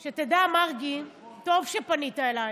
מירב, שכנעת אותנו.